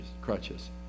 crutches